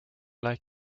lacs